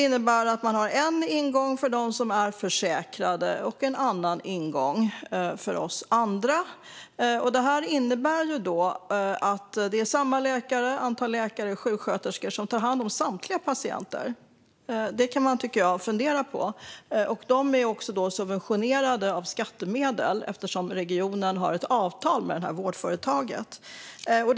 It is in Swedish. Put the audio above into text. De har en ingång för dem som är försäkrade och en annan ingång för oss andra, men det är samma antal läkare och sjuksköterskor som tar hand om samtliga patienter. Det tycker jag att man kan fundera över. De är dessutom subventionerade genom skattemedel eftersom regionen har ett avtal med vårdföretaget i fråga.